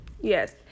yes